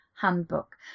handbook